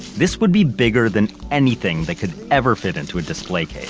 this would be bigger than anything they could ever fit into a display it